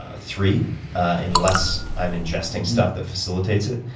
ah three unless i'm ingesting stuff that facilitates it,